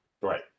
Right